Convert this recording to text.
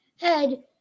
head